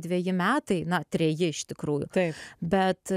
dveji metai na treji iš tikrųjų taip bet